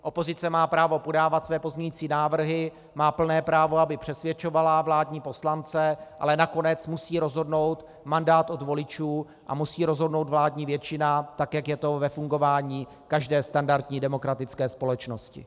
Opozice má právo podávat své pozměňující návrhy, má plné právo, aby přesvědčovala vládní poslance, ale nakonec musí rozhodnout mandát od voličů a musí rozhodnout vládní většina tak, jak je to ve fungování každé standardní demokratické společnosti.